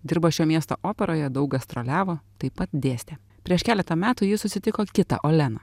dirbo šio miesto operoje daug gastroliavo taip pat dėstė prieš keletą metų ji susitiko kitą oleną